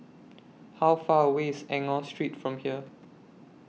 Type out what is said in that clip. How Far away IS Enggor Street from here